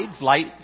light